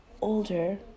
older